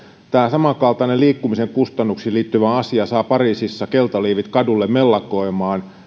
samankaltainen liikkumisen kustannuksiin liittyvä asia saa pariisissa keltaliivit kadulle mellakoimaan